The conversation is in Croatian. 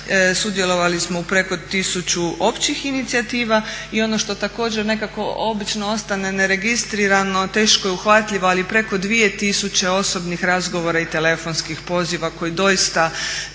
Sudjelovali smo u preko 1000 općih inicijativa i ono što također nekako obično ostane neregistrirano teško je uhvatljivo ali preko 2000 osobnih razgovora i telefonskih poziva koji doista